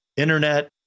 Internet